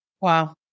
Wow